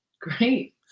Great